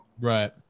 Right